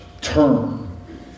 term